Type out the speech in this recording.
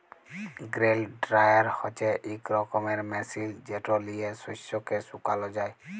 grain dryer হছে ইক রকমের মেশিল যেট লিঁয়ে শস্যকে শুকাল যায়